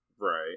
right